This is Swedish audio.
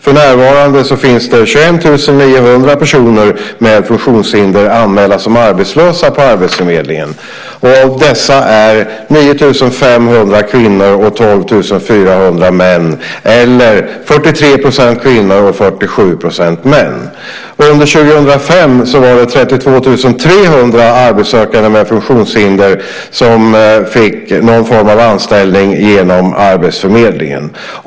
För närvarande finns 21 900 personer med funktionshinder anmälda som arbetslösa på arbetsförmedlingen. Av dessa är 9 500 kvinnor och 12 400 män eller 43 % kvinnor och 57 % män. Under 2005 var det 32 300 arbetssökande med funktionshinder som fick någon form av anställning genom arbetsförmedlingen.